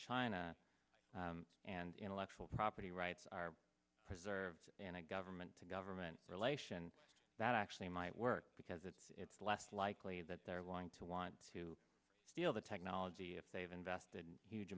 china and intellectual property rights are preserved and a government to government relation that actually might work because it it's less likely that they're willing to want to steal the technology if they've invested huge